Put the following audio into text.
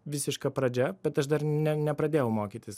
visiška pradžia bet aš dar ne nepradėjau mokytis